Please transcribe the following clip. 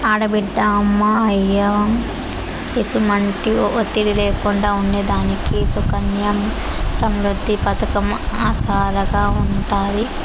ఆడబిడ్డ అమ్మా, అయ్య ఎసుమంటి ఒత్తిడి లేకుండా ఉండేదానికి సుకన్య సమృద్ది పతకం ఆసరాగా ఉంటాది